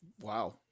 Wow